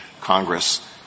Congress